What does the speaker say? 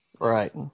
Right